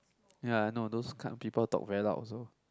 ya I know those kind of people talk very loud also